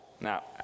Now